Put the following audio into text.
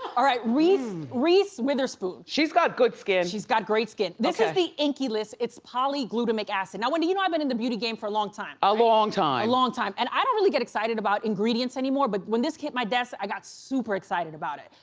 all right, reese reese witherspoon. she's got good skin. she's got great skin. this is the inky list. it's poly-glutamic acid. now, wendy you know i've been in the beauty game for a long time. a long time. a long time. and i don't really get excited about ingredients anymore, but when this hit my desk, i got super excited about it.